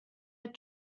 had